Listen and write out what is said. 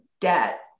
debt